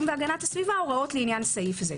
והגנת הסביבה הוראות לעניין סעיף זה.